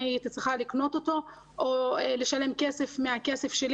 אני הייתי צריכה לקנות אותו או לשלם מהכסף שלי